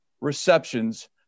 receptions